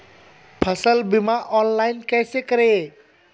फसल बीमा ऑनलाइन कैसे करें?